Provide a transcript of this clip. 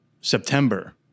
September